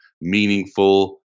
meaningful